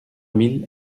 mille